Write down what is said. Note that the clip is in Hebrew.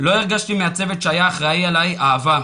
לא הרגשתי מהצוות שהיה אחראי עלי אהבה.